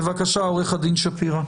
בבקשה, עו"ד שפירא.